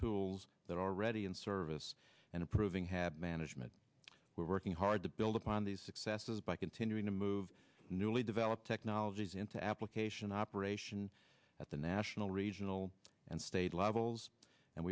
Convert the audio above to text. tools that are already in service and improving have management we're working hard to build upon these successes by continuing to move newly developed technologies into application operations at the national regional and state levels and